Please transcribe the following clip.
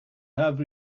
have